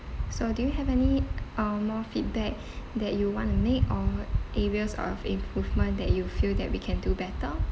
so do you have any uh more feedback that you want to make or areas of improvement that you feel that we can do better